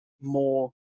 more